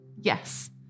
Yes